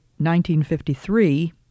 1953